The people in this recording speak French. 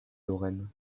lorraine